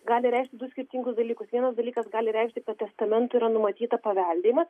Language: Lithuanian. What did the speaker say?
gali reikšti du skirtingus dalykus vienas dalykas gali reikšti kad testamentu yra numatytas paveldimas